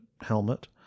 helmet